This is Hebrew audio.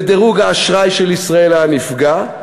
ודירוג האשראי של ישראל היה נפגע,